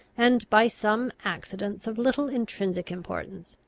and, by some accidents of little intrinsic importance,